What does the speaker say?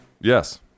Yes